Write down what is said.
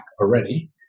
already